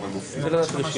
פרטנית,